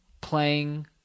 playing